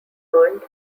earned